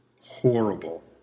Horrible